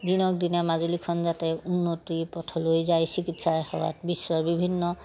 দিনক দিনে মাজুলীখন যাতে উন্নতিৰ পথলৈ যায় চিকিৎসা সেৱাত বিশ্বৰ বিভিন্ন